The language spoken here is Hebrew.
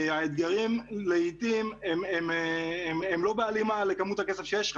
האתגרים לעיתים הם לא בהלימה לכמות הכסף שיש לך.